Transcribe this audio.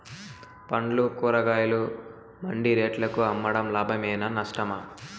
పండ్లు కూరగాయలు మండి రేట్లకు అమ్మడం లాభమేనా నష్టమా?